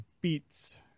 Beats